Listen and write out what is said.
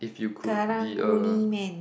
Karang-Guni man